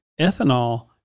ethanol